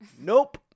Nope